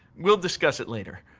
we'll discuss it later.